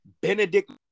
Benedict